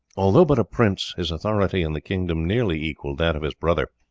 although but a prince, his authority in the kingdom nearly equalled that of his brother,